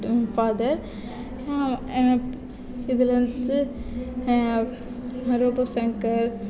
father இதில் வந்து Robo Shankar